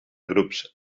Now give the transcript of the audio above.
grups